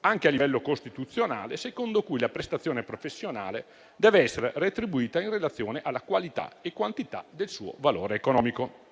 anche a livello costituzionale, secondo cui la prestazione professionale dev'essere retribuita in relazione alla qualità e quantità del suo valore economico.